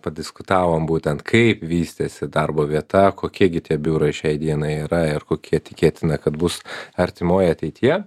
padiskutavom būtent kaip vystėsi darbo vieta kokie gi tie biurai šiai dienai yra ir kokie tikėtina kad bus artimoj ateityje